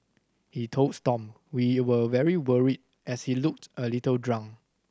he told Stomp we were very worried as he looked a little drunk